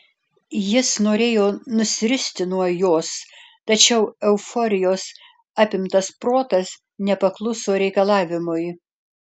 jis norėjo nusiristi nuo jos tačiau euforijos apimtas protas nepakluso reikalavimui